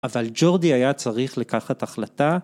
אבל ג'ורדי היה צריך לקחת החלטה.